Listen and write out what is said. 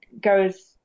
goes